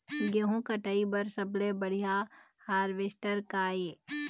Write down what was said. गेहूं कटाई बर सबले बढ़िया हारवेस्टर का ये?